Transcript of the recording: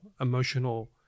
emotional